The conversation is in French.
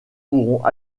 pourront